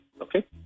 okay